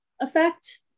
effect